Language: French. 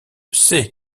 c’est